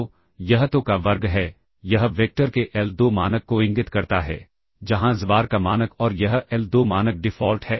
तो यह तो का वर्ग है यह वेक्टर के l2 मानक को इंगित करता है जहाँ xbar का मानक और यह l2 मानक डिफ़ॉल्ट है